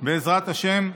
בעזרת השם,